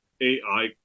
AI